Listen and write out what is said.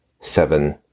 seven